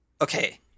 Okay